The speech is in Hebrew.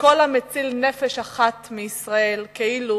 שכל המציל נפש אחת מישראל כאילו